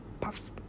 puffs